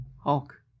Hulk